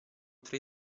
tre